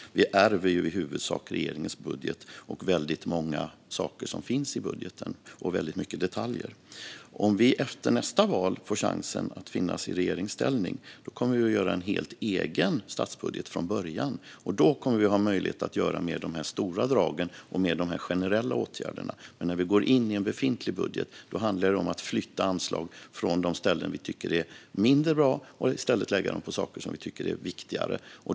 Vi ärver i huvudsak regeringens budget och väldigt många saker och detaljer som finns i budgeten. Om vi efter nästa val får chansen att finnas i regeringsställning kommer vi att göra en helt egen statsbudget från början. Och då kommer vi att ha möjlighet att göra mer av de stora dragen och de generella åtgärderna. Men när vi går in i en befintlig budget handlar det om att flytta anslag från sådant som vi tycker är mindre bra och i stället lägga dem på saker som vi tycker är viktigare.